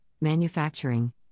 manufacturing